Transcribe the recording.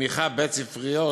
תמיכה בית-ספריות